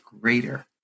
greater